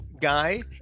Guy